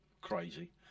crazy